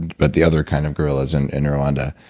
but the other kind of gorillas and in rwanda.